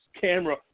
camera